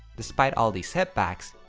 despite all these setbacks,